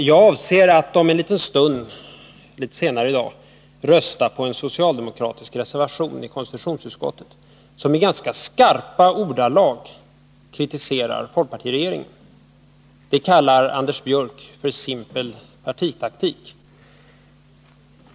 Fru talman! Jag avser att litet senare i dag rösta på en socialdemokratisk reservation vid konstitutionsutskottets betänkande som i ganska skarpa ordalag kritiserar folkpartiregeringen. Det kallar Anders Björck för simpel partitaktik.